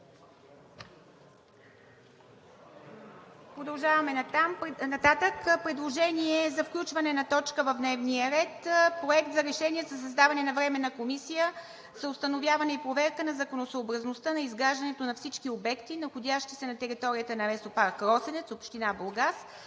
Правилника. Предложение за включване на точка в дневния ред – Проект за решение за създаване на Временна комисия за установяване и проверка на законосъобразността на изграждането на всички обекти, находящи се на територията на лесопарк „Росенец“ – община Бургас,